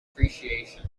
appreciation